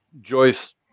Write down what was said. joyce